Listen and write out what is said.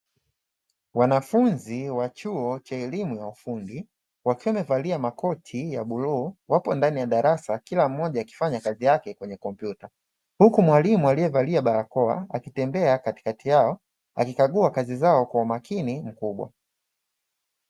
Wanafunzi wa chuo cha elimu ya ufundi, wakiwa wamevalia makoti ya bluu, wapo ndani ya darasa kila mmoja akifanya kazi yake kwenye kompyuta, huku mwalimu aliyevalia barakoa akitembea katikati yao akikagua kazi zao kwa umakini mkubwa.